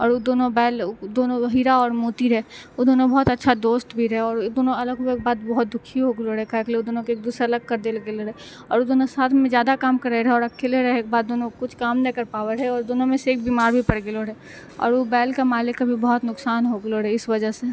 आओर उ दुनू बैल दुनू हीरा आओर मोती रहै उ दुनू बहुत अच्छा दोस्त भी रहै आओर ई दुनू अलग होवैके बाद बहुत दुखी हो गेल रहै काहेकि लिए ओदुनूके एकदूसरासँ अलग करि देल गेल रहै आओर उ दुनू साथमे जादा काम करै रहै आओर अकेले रहैके बाद उ दुनू कुछ काम नहि करि पाबै रहै आओर दुनूमे सँ एक बिमार भी पड़ि गेलो रहै आओर उ बैल मालिकके भी बहुत नोकसान हो गेलो रहै इस वजह